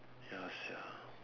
ya sia